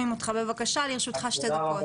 בבקשה, לרשותך שתי דקות.